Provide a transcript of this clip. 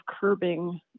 curbing